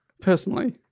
personally